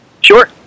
Sure